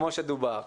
כמו שדובר.